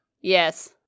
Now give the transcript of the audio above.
Yes